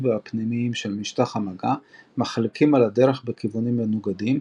והפנימיים של משטח המגע מחליקים על הדרך בכיוונים מנוגדים,